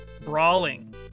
brawling